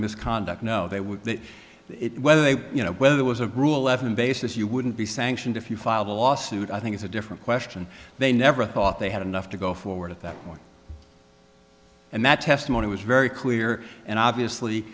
misconduct no they would it whether they you know whether there was a rule evan basis you wouldn't be sanctioned if you filed a lawsuit i think is a different question they never thought they had enough to go forward at that point and that testimony was very clear and obviously